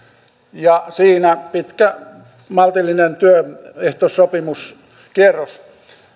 ja siinä pitkä maltillinen työehtosopimuskierros